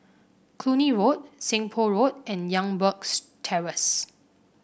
Cluny Road Seng Poh Road and Youngberg's Terrace